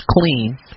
clean